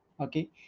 okay